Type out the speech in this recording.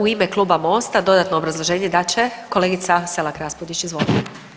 U ime Kluba Mosta dodatno obrazloženje da će kolegica Selak Raspudić, izvolite.